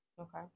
okay